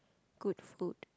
good food